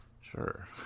Sure